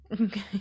Okay